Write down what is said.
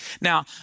Now